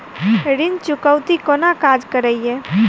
ऋण चुकौती कोना काज करे ये?